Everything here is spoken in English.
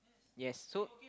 yes so